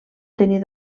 tenir